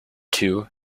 two